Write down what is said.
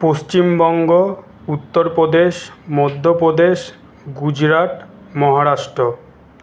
Paschimbanga Uttar Pradesh Madhya Pradesh Gujarat Maharashtra